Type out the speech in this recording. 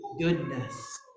goodness